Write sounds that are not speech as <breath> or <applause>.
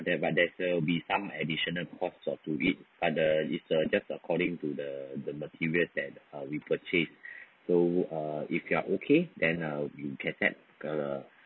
that but there's uh be some additional cost to it but it just uh according to the material we purchase <breath> so uh if you are okay then uh we can set